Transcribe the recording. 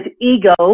ego